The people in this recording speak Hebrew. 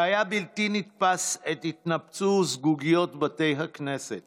שהיה בלתי נתפס עת התנפצו זגוגיות בתי הכנסת